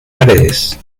paredes